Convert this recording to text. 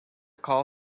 call